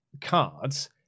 cards